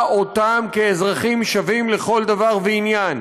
אותם כאזרחים שווים לכל דבר ועניין.